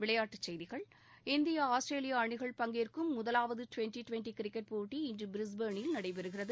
விளையாட்டுச் செய்திகள் India Australia அணிகள் பங்கேற்கும் முதலாவது டுவெண்ட்டி டுவெண்ட்டி கிரிக்கெட் போட்டி இன்று பிரிஸ்பனில் நடைபெறுகிறது